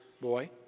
boy